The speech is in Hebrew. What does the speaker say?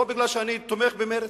לא כי אני תומך במרצ,